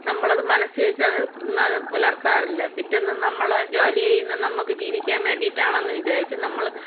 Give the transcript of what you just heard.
നമ്മളത് മനസ്സിൽ വെച്ചത് അത് പുലർത്താറില്ല പിറ്റേന്ന് നമ്മൾ ജോലി ചെയ്ത് നമുക്ക് ജീവിക്കാൻ വേണ്ടീട്ടാണെന്ന് വിചാരിച്ച് നമ്മൾ